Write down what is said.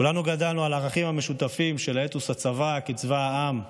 כולנו גדלנו על הערכים המשותפים של אתוס הצבא כצבא העם.